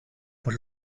por